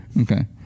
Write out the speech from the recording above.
okay